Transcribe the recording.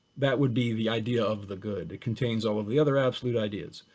that would be the idea of the good, it contains all of the other absolute ideas.